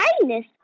kindness